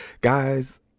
Guys